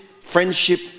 friendship